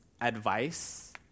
advice